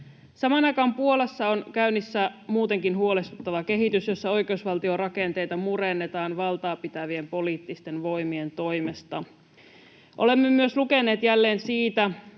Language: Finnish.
Samaan aikaan Puolassa on käynnissä muutenkin huolestuttava kehitys, jossa oikeusvaltion rakenteita murennetaan valtaa pitävien poliittisten voimien toimesta. Olemme myös lukeneet jälleen siitä,